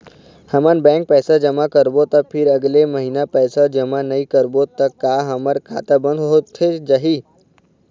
हमन बैंक पैसा जमा करबो ता फिर अगले महीना पैसा जमा नई करबो ता का हमर खाता बंद होथे जाही?